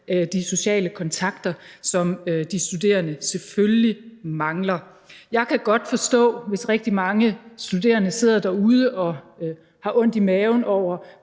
de sociale kontakter, som de studerende selvfølgelig mangler. Jeg kan godt forstå, hvis rigtig mange studerende sidder derude og har ondt i maven: Hvad